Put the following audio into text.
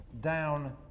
down